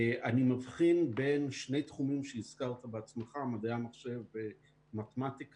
אני מבחין בין שני תחומים שהזכרת בעצמך: מדעי המחשב ומתמטיקה.